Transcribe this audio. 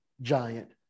giant